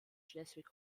schleswig